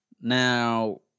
Now